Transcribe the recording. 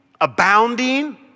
abounding